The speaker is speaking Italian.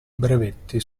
brevetti